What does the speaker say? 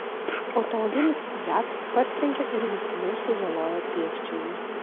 automobilis fiat partrenkė ir mirtinai sužalojo pėsčiąjį